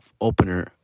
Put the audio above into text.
opener